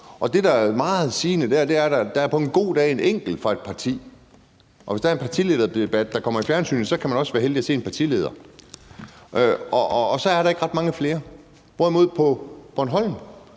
på. Det, der er meget sigende, er, at der på en god dag er en enkelt fra et parti. Og hvis der er en partilederdebat, som kommer i fjernsynet, kan man også være heldig at se en partileder. Og så er der ikke ret mange flere, hvorimod vi på Bornholm